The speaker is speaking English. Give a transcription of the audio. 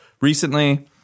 recently